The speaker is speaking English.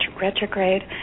retrograde